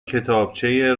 کتابچه